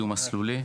דו-מסלולי,